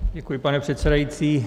Děkuji, pane předsedající.